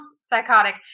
psychotic